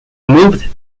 moved